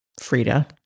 Frida